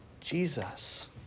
Jesus